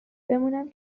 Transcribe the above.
بمونم